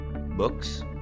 books